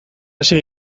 hasi